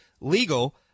legal